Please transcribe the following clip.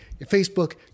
Facebook